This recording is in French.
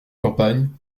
campagne